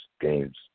games